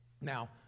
Now